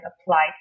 applied